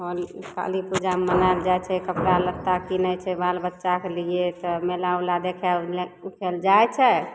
Holi Kali Puja मनायल जाइ छै कपड़ा लत्ता कीनय छै बाल बच्चाके लिये तऽ मेला उला देखय उखय इसब जाइ छै